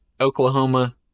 Oklahoma